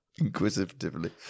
inquisitively